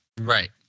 Right